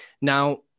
now